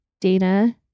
Dana